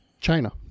China